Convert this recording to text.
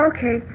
Okay